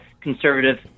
conservative